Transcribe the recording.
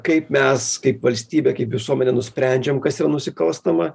kaip mes kaip valstybė kaip visuomenė nusprendžiam kas yra nusikalstama